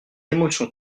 émotion